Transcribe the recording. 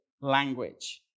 language